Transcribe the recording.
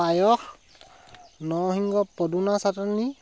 পায়স নৰসিংহ পদুনা চাটনি